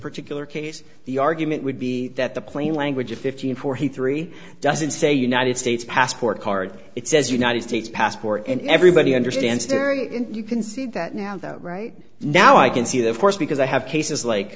particular case the argument would be that the plain language of fifteen forty three doesn't say united states passport card it says united states passport and everybody understands terry and you can see that now though right now i can see that of course because i have cases like